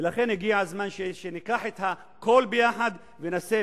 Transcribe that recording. לכן הגיע הזמן שניקח את הכול ביחד וננסה